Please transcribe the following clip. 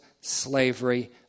slavery